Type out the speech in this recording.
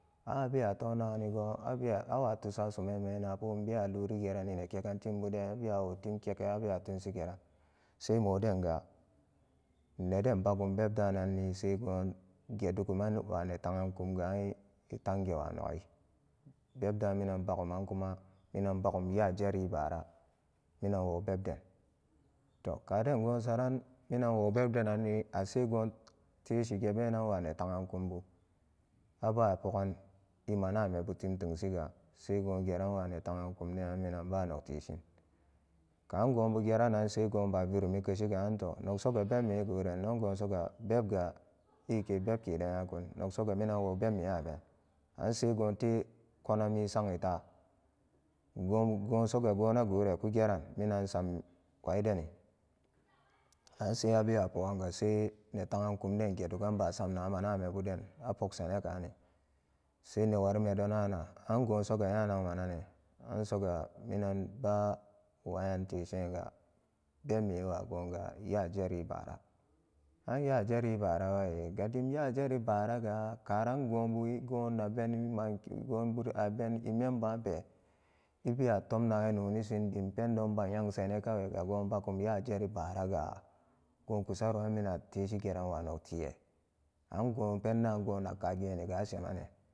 An abewa tomnagani abewa awatusa sumanme napo balurigerani nekegan timbuden abewawo timkegan abewa tunsigeran saimodenga neden bagum bebdananni sai go gedu guman ma neta'ankum ga an e tangewanogi bebdu minan baguman kuma minan bagum nyajeri bura minanwo beb'den to kade gosaran minanwo bebde nanni asego tesige benanwa netagnkumbu abupogan emanmebu tim temsiga sai gogeranwa netagan kumden an minanba nogteshin ka gobu geranan saigo ba virumi keshiga anto nogsoga bemmego innogosoga bebga eke bebkede nyakun nogsoga minanwo bemme aben ansaigote konami sagitaa gonbu-gosaga gonagore kugeran minansam waideni ansai abewa poganga sai neta'ankumden gedugan basam namanamebuden apoksanakane sai newarime donana an gosoga nyangmanane ansoga minan ba wayentesega bemme wagoga nya jeri bara an nyajeri baarawa e gadim nyajeri baaraga karan gonbu e gonabeni man bobu abeni membape ebewa tom nagan nonisindim pendon ba nyenganan kawaiga bagum nyajeri baaraga gokusaro minan ateshi geranwa noge ango pendun go nagkageniga asemane